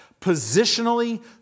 Positionally